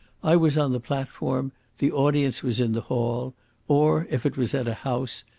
i was on the platform the audience was in the hall or, if it was at a house,